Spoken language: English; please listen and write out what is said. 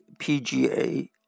PGA